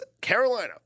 Carolina